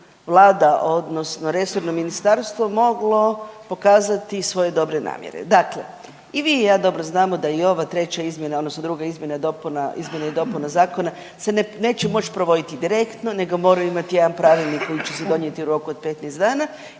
vlada odnosno resorno ministarstvo moglo pokazati svoje dobre namjere. Dakle, i vi i ja dobro znamo da i ova treća izmjena odnosno druga izmjena dopuna, izmjena i dopuna zakona se neće moć provoditi direktno nego moraju imat jedan pravilnik koji će se donijet u roku 15 dana